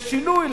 מצפה לשינוי,